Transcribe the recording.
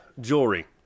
jewelry